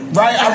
right